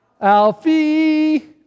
Alfie